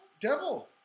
Devil